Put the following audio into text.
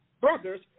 brothers